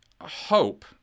hope